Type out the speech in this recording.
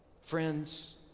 friends